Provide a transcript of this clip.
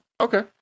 Okay